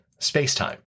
spacetime